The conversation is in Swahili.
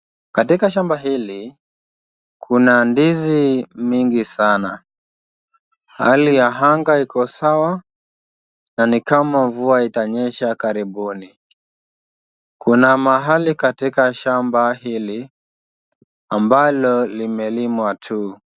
Katika shamba hili kuna ndizi mingi sana. Hali ya anga iko sawa na ni kama mvua itanyesha karibuni. Kuna mahali katika shamba hili ambalo limelimwa tu.